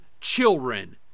children